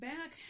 Back